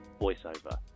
voiceover